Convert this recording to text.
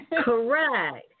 correct